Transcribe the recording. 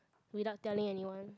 without telling anyone